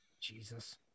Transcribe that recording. Jesus